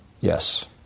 Yes